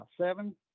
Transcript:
Seven